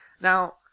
now